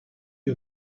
you